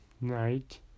night